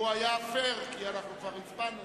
הוא היה פייר כי אנחנו כבר הצבענו,